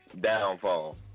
downfall